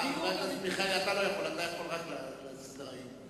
אתה לא יכול, אתה יכול רק לכלול בסדר-היום.